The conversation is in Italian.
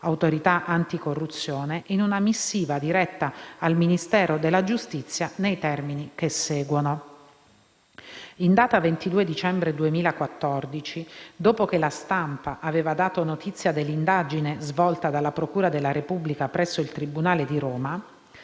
dell’Autorità anticorruzione, in una missiva diretta al Ministero della giustizia, nei termini che seguono. In data 22 dicembre 2014, dopo che la stampa aveva dato notizia dell’indagine svolta dalla procura della Repubblica presso il tribunale di Roma,